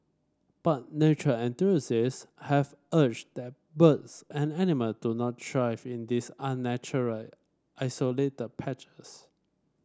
but nature enthusiasts have argued that birds and animal do not thrive in these unnatural isolated patches